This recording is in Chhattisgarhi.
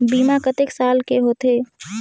बीमा कतेक साल के होथे?